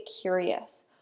curious